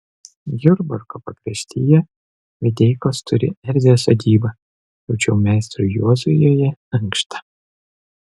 jurbarko pakraštyje videikos turi erdvią sodybą tačiau meistrui juozui joje ankšta